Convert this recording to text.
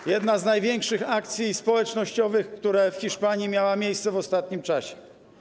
To jedna z największych akcji społecznościowych, które w Hiszpanii miały miejsce w ostatnim czasie.